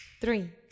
three